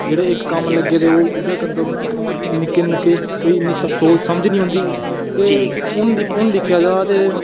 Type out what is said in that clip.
जेह्डे़ इक कम्म लग्गे दे ओ उ'ऐ करदे रौह्ना निक्के नुक्के कोई इन्नी सोच समझ नेईं होंदी ते हून हून दिक्खेआ जा तां